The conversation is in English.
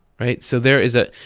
right? so there is a.